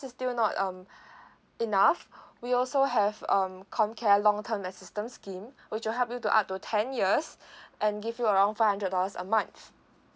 still not um enough we also have um comcare long term assistance scheme which will help you to up to ten years and give you around five hundred dollars a month